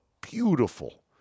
beautiful